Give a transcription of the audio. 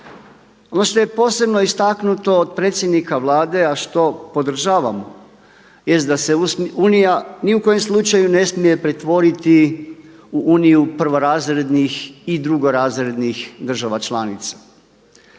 Ono što je posebno istaknuto od predsjednika Vlade, a što podržavam jest da se Unija ni u kom slučaju ne smije pretvoriti u Uniju prvorazrednih i drugorazrednih država članica.